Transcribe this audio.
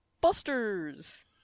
Busters